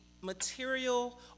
material